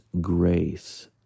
grace